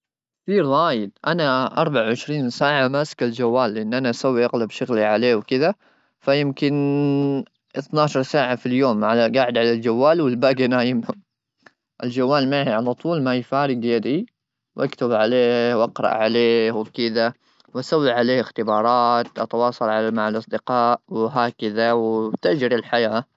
انا اربعه وعشرين ساعه ماسكه الجوال ,لان انا اسوي اغلب شغلي عليه ,وكذا فيمكن اتناشر ساعه في اليوم انا قاعد على الجوال والباقي نائم الجوال معي على طول ما يفارق يدي واكتب عليه واقرا عليه وبكذا واسوي عليه اختبارات اتواصل على مع الاصدقاء وهكذا وتجري.